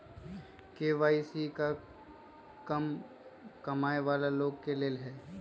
KYC का कम कमाये वाला लोग के लेल है?